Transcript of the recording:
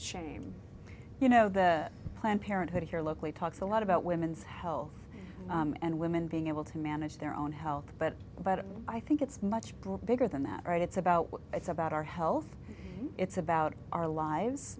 shame you know that planned parenthood here locally talks a lot about women's health and women being able to manage their own health but but i think it's much grew bigger than that right it's about what it's about our health it's about our lives